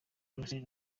hussein